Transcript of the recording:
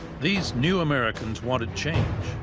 these new americans wanted change,